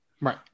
right